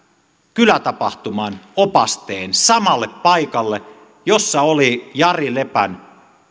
kylätapahtuman opasteen samalle paikalle jossa oli jari lepän